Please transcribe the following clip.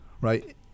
Right